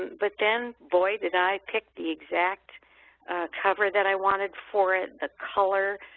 but then, boy, did i pick the exact cover that i wanted for it, the color.